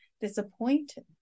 disappointed